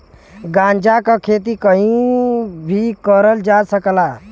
गांजा क खेती कहीं भी करल जा सकला